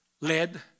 led